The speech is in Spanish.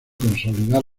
consolidar